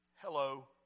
hello